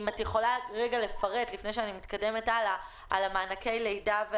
אם את יכולה לפרט לגבי מענקי הלידה.